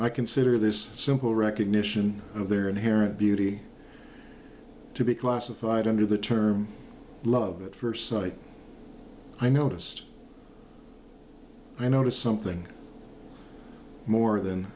i consider this simple recognition of their inherent beauty to be classified under the term love at first sight i noticed i noticed something more than